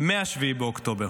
מ-7 באוקטובר.